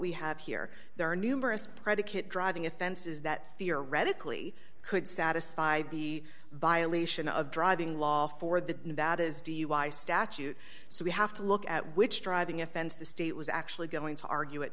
we have here there are numerous predicate driving offenses that theoretically could satisfy the violation of driving law for the nevada's dui statute so we have to look at which driving offense the state was actually going to argue at